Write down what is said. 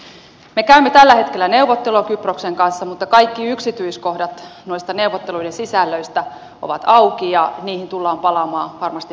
me käymme tällä hetkellä neuvotteluja kyproksen kanssa mutta kaikki yksityiskohdat noiden neuvotteluiden sisällöistä ovat auki ja niihin tullaan palaamaan varmasti